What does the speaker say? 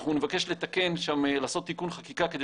אנחנו נבקש שם לעשות תיקון חקיקה כדי